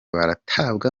baratabwa